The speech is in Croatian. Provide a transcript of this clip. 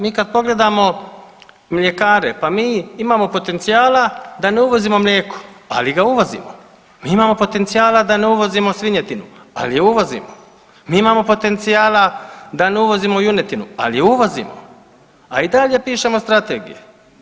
Mi kad pogledamo mljekare, pa mi imamo potencijala da ne uvozimo mlijeko, ali ga uvozimo, mi imamo potencijala da ne uvozimo svinjetinu, ali je uvozimo, mi imamo potencijala da ne uvozimo junetinu, ali je uvozimo, a i dalje pišemo strategije.